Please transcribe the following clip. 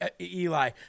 Eli